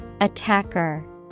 Attacker